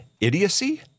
Idiocy